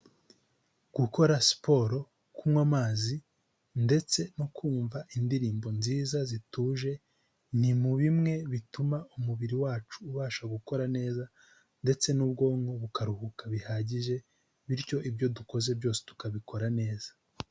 Gukora siporo, kunywa amazi ndetse no kumva indirimbo nziza zituje ni mu bimwe bituma umubiri wacu ubasha gukora neza ndetse n'ubwonko bukaruhuka bihagije bityo ibyo dukoze byose tukabikora neza.